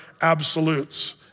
absolutes